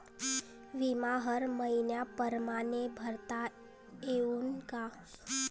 बिमा हर मइन्या परमाने भरता येऊन का?